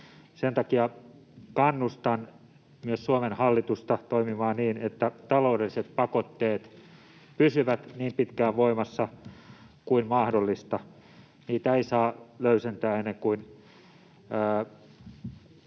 Sen takia kannustan myös Suomen hallitusta toimimaan niin, että taloudelliset pakotteet pysyvät voimassa niin pitkään kuin mahdollista. Niitä ei saa löysentää ennen kuin